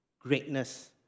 greatness